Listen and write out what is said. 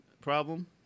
problem